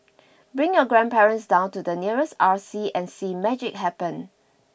bring your grandparents down to the nearest R C and see magic happen